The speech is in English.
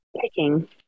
picking